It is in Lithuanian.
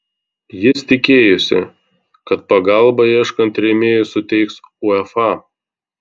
jis tikėjosi kad pagalbą ieškant rėmėjų suteiks uefa